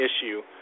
issue